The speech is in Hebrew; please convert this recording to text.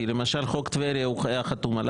כי למשל על חוק טבריה הוא היה חתום,